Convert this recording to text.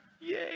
Yay